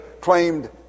claimed